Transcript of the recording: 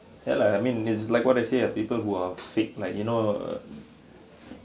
ya lah I mean is like what I say ah people who are fake like you know